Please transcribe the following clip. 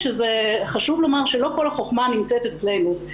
חשוב לומר שלא כל החכמה נמצאת אצלנו.